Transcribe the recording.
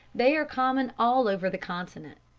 they are common all over the continent.